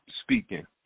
speaking